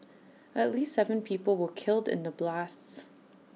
at least Seven people were killed in the blasts